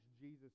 Jesus